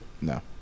No